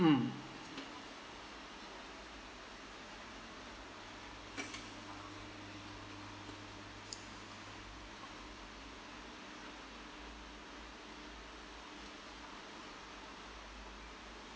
mm